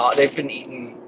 um they've been eating